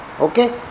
okay